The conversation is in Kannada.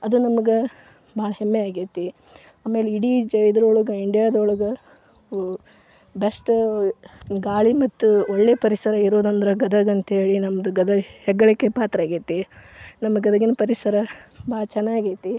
ಅದು ನಮ್ಗೆ ಭಾಳ ಹೆಮ್ಮೆ ಆಗೇತಿ ಆಮೇಲೆ ಇಡೀ ಇದರೊಳಗೆ ಇಂಡಿಯಾದೊಳಗೆ ಬೆಸ್ಟ್ ಗಾಳಿ ಮತ್ತು ಒಳ್ಳೆಯ ಪರಿಸರ ಇರೋದಂದರೆ ಗದಗ ಅಂತ್ಹೇಳಿ ನಮ್ದು ಗದಗ ಹೆಗ್ಗಳಿಕೆಗೆ ಪಾತ್ರ ಆಗೇತಿ ನಮ್ಮ ಗದಗಿನ ಪರಿಸರ ಭಾಳ ಚೆನ್ನಾಗೈತಿ